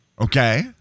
Okay